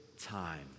time